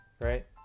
right